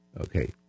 Okay